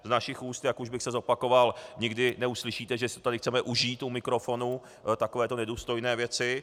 Z našich úst, jak už bych se opakoval, nikdy neuslyšíte, že si to tady chceme užít u mikrofonu, takovéto nedůstojné věci.